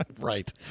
Right